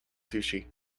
sushi